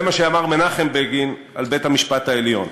זה מה שאמר מנחם בגין על בית-המשפט העליון: